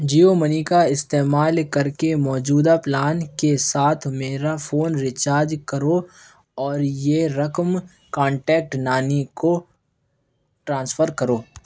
Jio money کا استعمال کر کے موجودہ پلان کے ساتھ میرا فون ریچارج کرو اور یہ رقم کانٹیکٹ نانی کو ٹرانسفر کرو